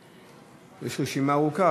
יש רשימה ארוכה.